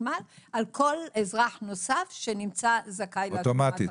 החשמל על כל אזרח נוסף שנמצא זכאי להשלמת הכנסה.